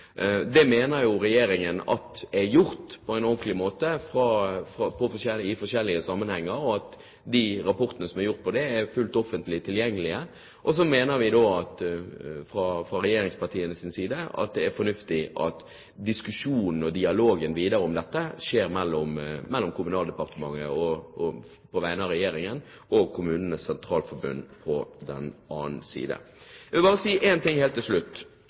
Det mener regjeringen er gjort på en ordentlig måte, i forskjellige sammenhenger, og rapportene om det er offentlig tilgjengelige. Så mener vi fra regjeringspartienes side at det er fornuftig at diskusjonen og dialogen videre om dette skjer mellom Kommunaldepartementet på vegne av regjeringen på den ene siden og KS på den andre siden. Så vil jeg si helt til slutt: